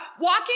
walking